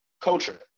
culture